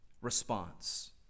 response